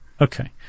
Okay